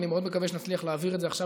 ואני מאוד מקווה שנצליח להעביר את זה עכשיו